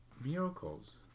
miracles